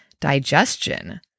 digestion